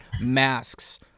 masks